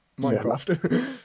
Minecraft